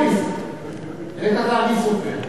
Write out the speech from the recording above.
לעת עתה אני סופר.